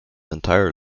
entire